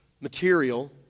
material